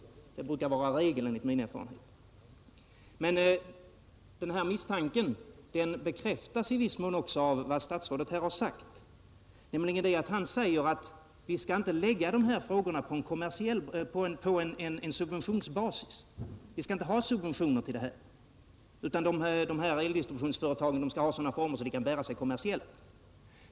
Det brukar enligt min erfarenhet i regel vara så. Denna misstanke bekräftas i viss mån av vad statsrådet här sagt, nämligen att 107 eldistributionsföretagen inte skall organiseras på subventionsbasis utan skall bedrivas i sådana former att de kan bära sig kommersiellt.